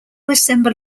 assemble